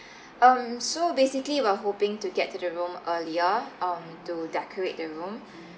um so basically we're hoping to get to the room earlier um to decorate the room